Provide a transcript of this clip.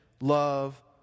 love